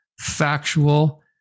factual